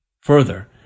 Further